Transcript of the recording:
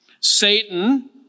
Satan